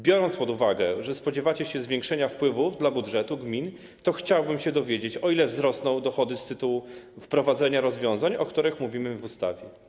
Biorąc pod uwagę to, że spodziewacie się zwiększenia wpływów do budżetów gmin, chciałbym się dowiedzieć, o ile wzrosną dochody z tytułu wprowadzenia rozwiązań, o których mówimy w ustawie.